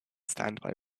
standby